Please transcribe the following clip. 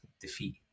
defeat